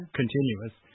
continuous